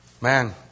Man